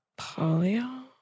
Polio